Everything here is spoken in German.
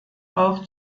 auch